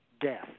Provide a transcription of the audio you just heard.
death